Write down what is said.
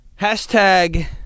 Hashtag